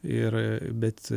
ir bet